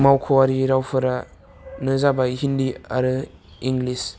मावख'आरि रावफोरा नो जाबाय हिन्दी आरो इंग्लिस